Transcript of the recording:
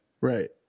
right